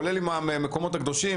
כולל עם המרכז הארצי למקומות הקדושים,